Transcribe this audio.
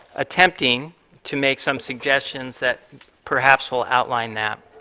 attempting to make some suggestions that perhaps will outline that.